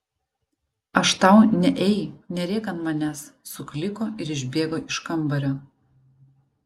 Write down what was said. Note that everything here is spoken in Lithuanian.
aš tau ne ei nerėk ant manęs sukliko ir išbėgo iš kambario